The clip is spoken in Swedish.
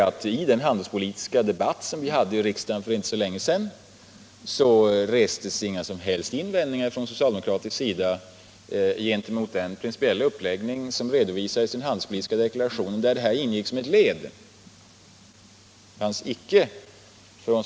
I den handelspolitiska debatten i riksdagen för inte särskilt länge sedan restes från socialdemokratisk sida inga som helst invändningar gentemot den principiella uppläggning som redovisades i den handelspolitiska deklarationen där avvecklingen av skorestriktionen ingick som ett led.